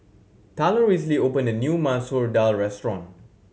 Talon recently opened a new Masoor Dal restaurant